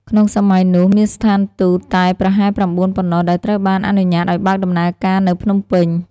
ក្នុងសម័យនោះ មានស្ថានទូតតែប្រហែល ៩ ប៉ុណ្ណោះដែលត្រូវបានអនុញ្ញាតឱ្យបើកដំណើរការនៅភ្នំពេញ។